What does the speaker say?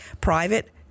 private